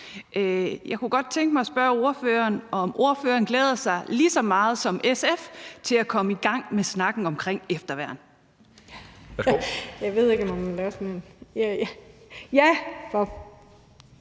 Jeg kunne godt tænke mig at spørge ordføreren, om ordføreren glæder sig lige så meget som SF til at komme i gang med snakken om efterværn.